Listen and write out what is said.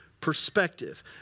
perspective